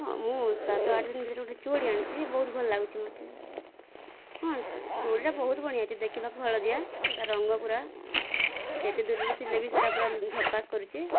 ହଁ ମୁଁ ସାତ ଆଠ ଦିନ ଭିତରେ ଗୋଟିଏ ଚୁଡ଼ି ଆଣିଛି ବହୁତ ଭଲ ଲାଗୁଛି ମୋତେ ହଁ ଚୁଡ଼ିଟା ବହୁତ ବଢ଼ିଆ ହୋଇଛି ଦେଖିବାକୁ ହଳଦିଆ ତା ରଙ୍ଗ ପୁରା ଯେତେ ଦୂରରୁ ଥିଲେ ବି ସେଟା ପୁରା ଝକାଶ କରୁଛେ